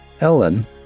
Ellen